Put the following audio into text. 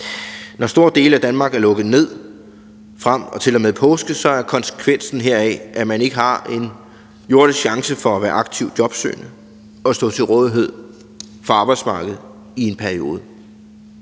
Når store dele af Danmark er lukket ned til og med påske, er konsekvensen heraf, at man ikke har en jordisk chance for at være aktiv jobsøgende og stå til rådighed for arbejdsmarkedet i en periode.